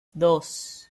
dos